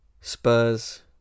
Spurs